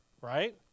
Right